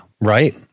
Right